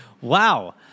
Wow